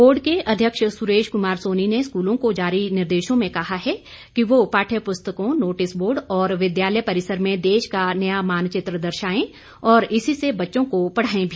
board के अध्यक्ष सुरेश कुमार सोनी ने स्कूलों को जारी निर्देशों में कहा है कि वह पाठयपुस्तकों नोटिस बोर्ड और विद्यालय परिसर में देश का नया मानचित्र दर्शाएं और इसी से बच्चों को पढ़ाएं भी